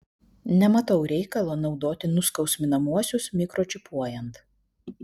nematau reikalo naudoti nuskausminamuosius mikročipuojant